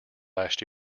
last